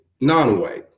non-white